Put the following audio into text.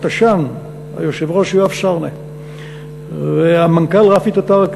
או תש"ן, היושב-ראש יואב סרנה והמנכ"ל רפי טטרקה.